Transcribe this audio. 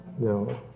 No